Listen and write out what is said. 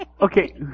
Okay